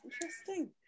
Interesting